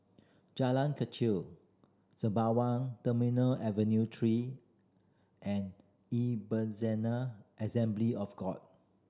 Jalan Kechil Sembawang Terminal Avenue Three and Ebezener Assembly of God